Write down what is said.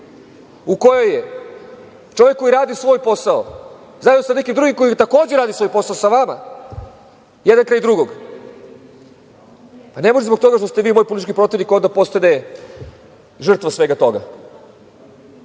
u kojoj je čovek koji radi svoj posao, zajedno sa nekim drugim koji, takođe, radi svoj posao, sa vama, jedan kraj drugog, ne može zbog toga što ste vi moj politički protivnik on da postane žrtva svega toga.